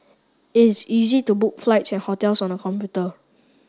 it is easy to book flights and hotels on the computer